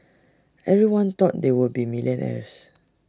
everyone thought they would be millionaires